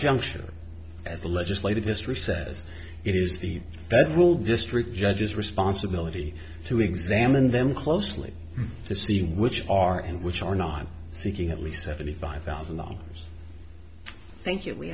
juncture as the legislative history says it is the rule district judges responsibility to examine them closely to see which are and which are not seeking at least seventy five thousand dollars thank you we